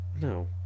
no